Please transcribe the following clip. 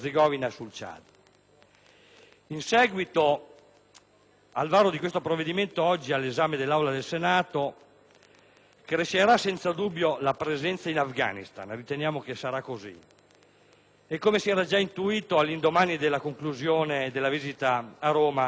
In seguito al varo di questo provvedimento oggi all'esame dell'Aula del Senato, crescerà senza dubbio la presenza in Afghanistan: riteniamo che sarà così e - come si era già intuito all'indomani della conclusione della visita a Roma del generale